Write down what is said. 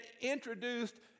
introduced